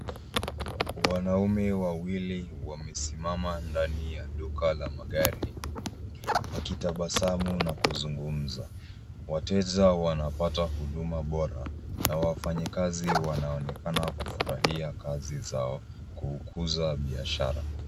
Wanaume wawili wamesimama ndani ya duka la magari wakitabasamu na kuzungumza. Wateja wanapata huduma bora na wafanyakazi wanaonekana kufurahia kazi zao kuukuza biashara.